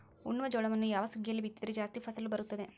ಉಣ್ಣುವ ಜೋಳವನ್ನು ಯಾವ ಸುಗ್ಗಿಯಲ್ಲಿ ಬಿತ್ತಿದರೆ ಜಾಸ್ತಿ ಫಸಲು ಬರುತ್ತದೆ?